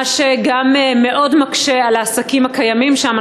מה שגם מאוד מקשה על העסקים הקיימים שם.